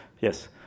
Yes